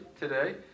today